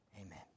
Amen